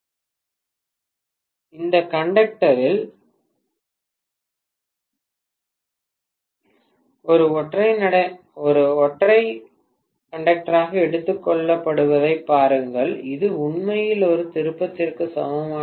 மாணவர் 4635 பேராசிரியர் இந்த நடத்துனர் ஒரு ஒற்றை நடத்துனராக எடுத்துக் கொள்ளப்படுவதைப் பாருங்கள் இது உண்மையில் ஒரு திருப்பத்திற்கு சமமானது